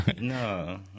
No